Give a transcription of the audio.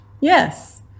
Yes